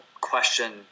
question